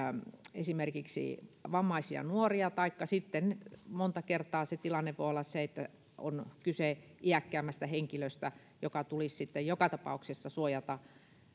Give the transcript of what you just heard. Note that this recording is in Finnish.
esimerkiksi näitä vammaisia nuoria taikka sitten monta kertaa se tilanne voi olla se että on kyse iäkkäämmästä henkilöstä joka tulisi sitten joka tapauksessa suojata